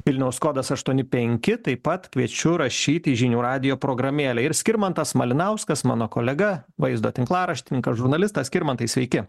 vilniaus kodas aštuoni penki taip pat kviečiu rašyti į žinių radijo programėlę ir skirmantas malinauskas mano kolega vaizdo tinklaraštininkas žurnalistas skirmantai sveiki